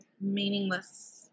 meaningless